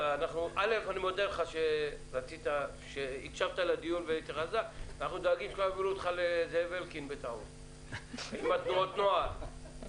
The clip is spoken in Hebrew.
למנהל, לרבות באופן אלקטרוני, בתוך עשרה ימים,